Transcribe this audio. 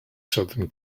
southern